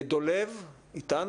טלל דולב אתנו?